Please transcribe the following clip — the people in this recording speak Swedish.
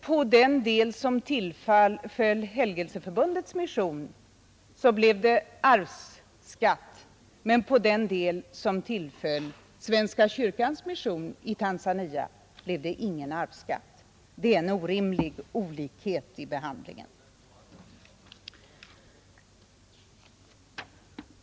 På den del som tillföll Helgelseförbundets mission blev det arvsskatt, men på den del som tillföll svenska kyrkans mission i Tanzania blev det ingen arvsskatt. Det är en orimlig olikhet i behandlingen.